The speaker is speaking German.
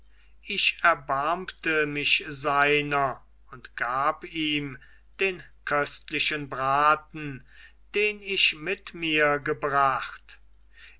ich erbarmte mich seiner und gab ihm den köstlichen braten den ich mit mir gebracht